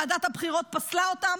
ועדת הבחירות פסלה אותם,